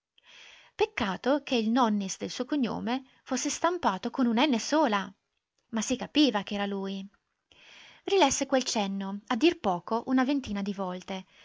peccato che il nonnis del suo cognome fosse stampato con un enne sola ma si capiva ch'era lui rilesse quel cenno a dir poco una ventina di volte